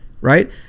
right